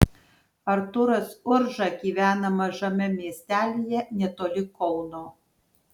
artūras urža gyvena mažame miestelyje netoli kauno